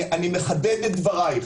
אני מחדד את דבריי.